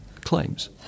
claims